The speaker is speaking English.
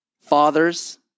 Fathers